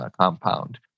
compound